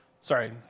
Sorry